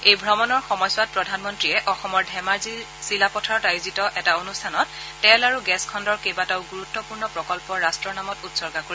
এই ভ্ৰমণৰ সময়ছোৱাত প্ৰধানমন্ত্ৰীয়ে অসমৰ ধেমাজিৰ চিলাপথাৰত আয়োজিত এটা অনুষ্ঠানত তেল আৰু গেছ খণ্ডৰ কেইবাটাও গুৰুত্বপূৰ্ণ প্ৰকল্প ৰাট্ট নামত উৎসৰ্গা কৰিব